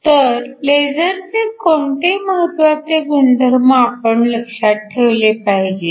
तर लेझरचे कोणते महत्वाचे गुणधर्म आपण लक्षात ठेवले पाहिजेत